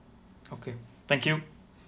okay thank you